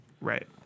Right